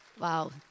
Wow